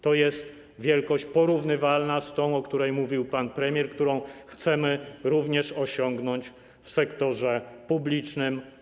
To jest wielkość porównywalna z tą, o której mówił pan premier, którą chcemy osiągnąć również w sektorze publicznym.